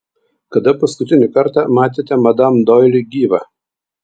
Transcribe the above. kada paskutinį kartą matėte madam doili gyvą